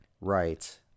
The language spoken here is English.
right